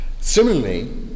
Similarly